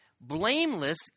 Blameless